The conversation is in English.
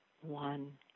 One